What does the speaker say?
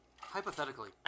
Hypothetically